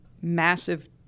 massive